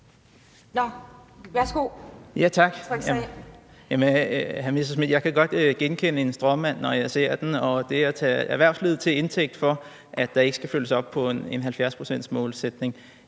Messerschmidt, jeg kan godt genkende en stråmand, når jeg ser den, og det at tage erhvervslivet til indtægt for, at der ikke skal følges op på en 70-procentsmålsætning,